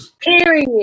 Period